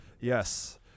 yes